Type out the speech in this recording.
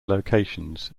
locations